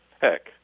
heck